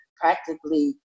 practically